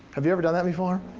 have you ever done that before?